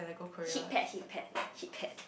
heat pad heat pad heat pad